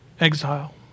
exile